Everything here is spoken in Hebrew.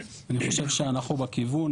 אני חושב שאנחנו בכיוון,